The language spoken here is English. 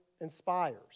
inspires